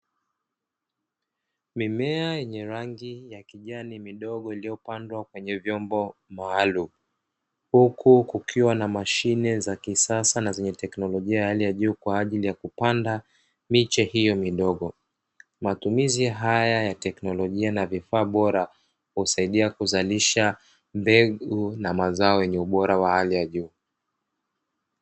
Mimea yenye rangi ya kijani midogo iliyopandwa kwenye vyombo maalumu huku kukiwa na mashine za kisasa na zenye teknolojia ya hali ya juu kwa ajili ya kupanda miche hiyo midogo, matumizi haya ya teknolojia na vifaa bora husaidia kuzalisha mbegu na mazao yenye ubora wa hali ya juu.